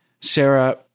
Sarah